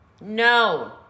No